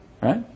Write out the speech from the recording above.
right